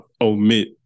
omit